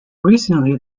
recently